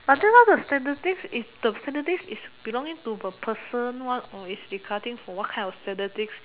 I think all the statistic is the statistic is belonging to the person one or is regarding for what kind of statistic